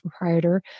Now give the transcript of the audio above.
proprietor